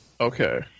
Okay